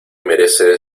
merece